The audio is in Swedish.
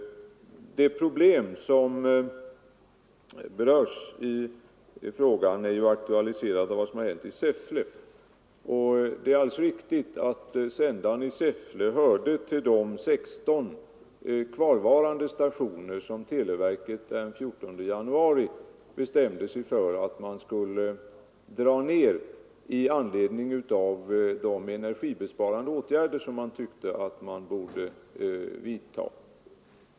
Det problem som berörs i frågan har aktualiserats av vad som har hänt i Säffle. Det är alldeles riktigt att sändaren i Säffle hörde till de 16 kvarvarande stationer som televerket den 14 januari bestämde sig för att dra in med anledning av de energibesparande åtgärder som man tyckte att man borde vidta.